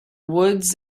woods